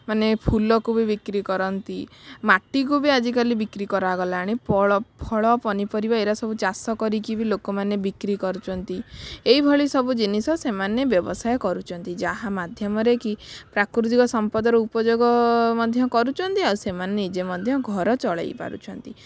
ମାନେ ଫୁଲକୁ ବି ବିକ୍ରୀ କରନ୍ତି ମାଟିକୁ ବି ଆଜିକାଲି ବିକ୍ରୀ କରାଗଲାଣି ଫଳ ପନିପରିବା ଏରା ସବୁ ଚାଷ କରିକି ବି ଲୋକମାନେ ବିକ୍ରୀ କରୁଛନ୍ତି ଏଇଭଳି ସବୁ ଜିନିଷ ସେମାନେ ବ୍ୟବସାୟ କରୁଛନ୍ତି ଯାହା ମାଧ୍ୟମରେ କି ପ୍ରାକୃତିକ ସମ୍ପଦର ଉପଯୋଗ ମଧ୍ୟ କରୁଛନ୍ତି ଆଉ ସେମାନେ ନିଜେ ମଧ୍ୟ ଘର ଚଳାଇ ପାରୁଛନ୍ତି